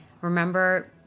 remember